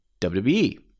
WWE